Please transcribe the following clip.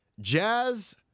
Jazz